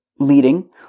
Leading